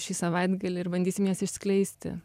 šį savaitgalį ir bandysim jas išskleisti